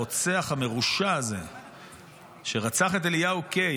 הרוצח המרושע הזה שרצח את אליהו קיי,